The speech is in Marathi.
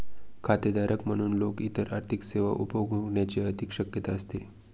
खातेधारक म्हणून लोक इतर आर्थिक सेवा उपभोगण्याची अधिक शक्यता असते